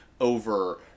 over